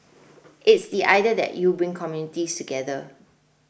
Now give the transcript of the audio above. it's the idea that you bring communities together